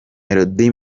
melody